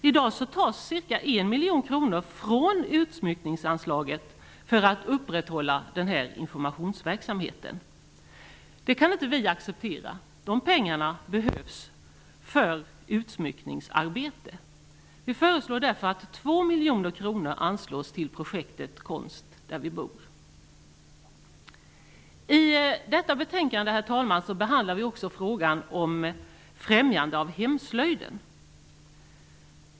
I dag tas ca 1 miljon kronor från utsmyckningsanslaget för att upprätthålla denna informationsverksamhet. Det kan inte vi acceptera. De pengarna behövs för utsmyckningsarbete. Vi föreslår därför att 2 miljoner kronor anslås till projektet Konst där vi bor. Herr talman! I betänkandet behandlas också frågan om främjande av hemslöjden.